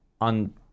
on